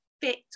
fit